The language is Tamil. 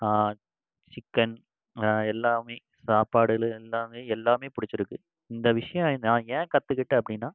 சிக்கன் எல்லாமே சாப்பாட்டில் எல்லாமே எல்லாமே பிடுச்சி இருக்குது இந்த விஷியம் நான் ஏன் கற்றுக்கிட்டேன் அப்படின்னா